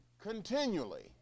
continually